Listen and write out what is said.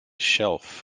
shelf